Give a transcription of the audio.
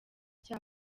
cya